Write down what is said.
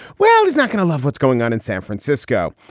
well, he's not going to love what's going on in san francisco.